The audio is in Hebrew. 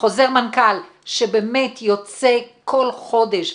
חוזר מנכ"ל שבאמת יוצא כל חודש,